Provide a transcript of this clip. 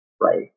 right